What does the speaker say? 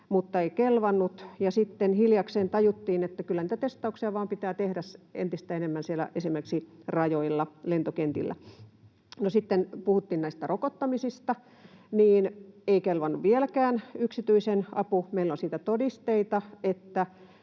mutta ei kelvannut. Ja sitten hiljakseen tajuttiin, että kyllä niitä testauksia vain pitää tehdä entistä enemmän esimerkiksi rajoilla, lentokentillä. No, sitten puhuttiin näistä rokottamisista. Ei kelvannut vieläkään yksityisen apu. Meillä on siitä todisteita,